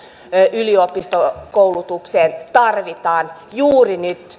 yliopistokoulutukseen asti tarvitaan juuri nyt